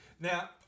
Now